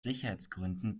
sicherheitsgründen